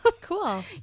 Cool